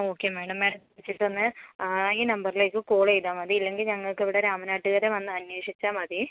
okay madam madam ചോദിച്ചിട്ടൊന്ന് ഈ നമ്പറിലേക്ക് കോള് ചെയ്താൽ മതി ഇല്ലെങ്കിൽ ഞങ്ങൾക്കിവിടെ രാമനാട്ടുകര വന്ന് അന്വേഷിച്ചാൽ മതി